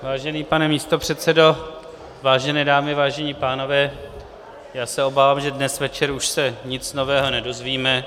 Vážený pane místopředsedo, vážené dámy, vážení pánové, já se obávám, že dnes večer už se nic nového nedozvíme.